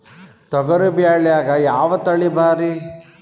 ತೊಗರಿ ಬ್ಯಾಳ್ಯಾಗ ಯಾವ ತಳಿ ಭಾರಿ?